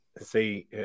See